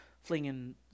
flinging